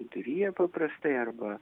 viduryje paprastai arba